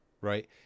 right